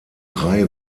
drei